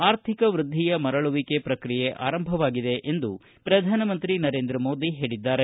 ಆರ್ಥಿಕ ವೃದ್ಧಿಯ ಮರಳುವಿಕೆ ಪ್ರಕ್ರಿಯೆ ಆರಂಭವಾಗಿದೆ ಎಂದು ಪ್ರಧಾನ ಮಂತ್ರಿ ನರೇಂದ್ರ ಮೋದಿ ಹೇಳಿದ್ದಾರೆ